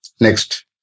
next